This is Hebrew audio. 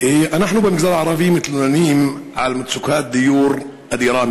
אנחנו במגזר הערבי מתלוננים על מצוקת דיור אדירה,